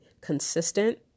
consistent